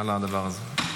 התשפ"ד 2024,